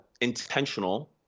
intentional